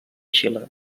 xile